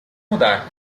mudar